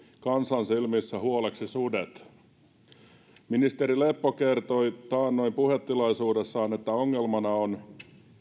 kansan silmissä huoleksi sudet ministeri leppä kertoi taannoin puhetilaisuudessaan että ongelmana on